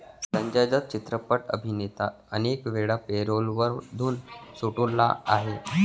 संजय दत्त चित्रपट अभिनेता अनेकवेळा पॅरोलमधून सुटला आहे